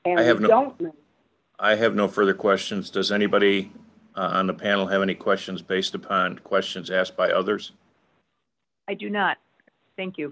and i have no don't know i have no further questions does anybody on the panel have any questions based upon questions asked by others i do not think you